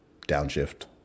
downshift